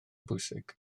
bwysig